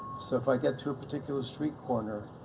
so if i get to a particular street corner,